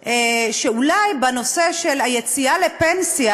שבנושא של היציאה לפנסיה,